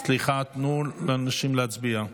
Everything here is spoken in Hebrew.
סליחה, תנו לאנשים להצביע.